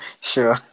Sure